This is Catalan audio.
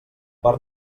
per